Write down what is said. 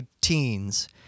teens